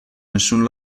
nessun